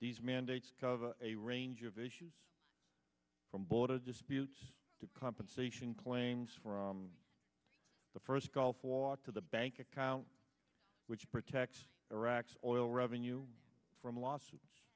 these mandates cover a range of issues from border disputes to compensation claims from the first gulf war to the bank account which protects iraq's oil revenue from lawsuits